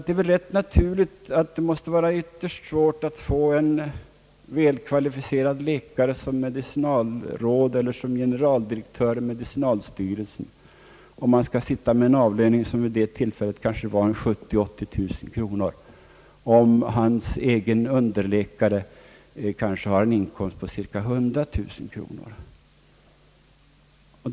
Det är väl rätt naturligt att det måste vara ytterst svårt att från ett lasarett få en välkvalificerad läkare som medicinalråd eller generaldirektör i medicinalstyrelsen, om han skall sitta med en avlöning på 70 000—30 000 kronor, medan hans egen underläkare kanske har en inkomst på cirka 100 000 kronor om året.